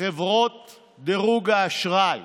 חברות דירוג האשראי